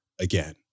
again